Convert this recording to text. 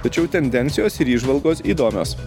tačiau tendencijos ir įžvalgos įdomios